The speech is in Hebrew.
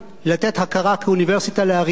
לתת הכרה כאוניברסיטה לאריאל,